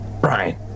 Brian